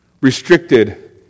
Restricted